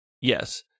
Yes